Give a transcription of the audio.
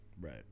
right